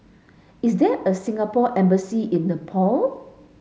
is there a Singapore embassy in Nepal